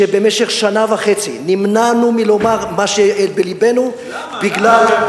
שבמשך שנה וחצי נמנענו לומר מה שבלבנו, למה?